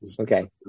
Okay